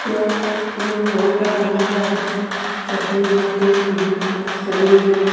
এতিয়া ধৰি লওক সৰুৰপৰা ডাঙৰলৈ আহি জাতি অজাতি বুলিবলৈ নাই চবেই যেন